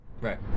Right